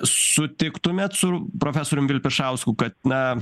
sutiktumėt su profesorium vilpišausku kad na